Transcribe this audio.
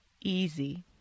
easy